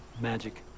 magic